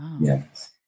yes